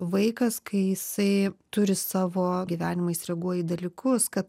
vaikas kai jisai turi savo gyvenimais reaguoji į dalykus kad